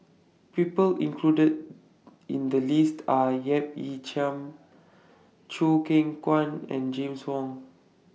The People included in The list Are Yap Ee Chian Choo Keng Kwang and James Wong